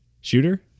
shooter